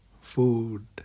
Food